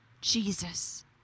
Jesus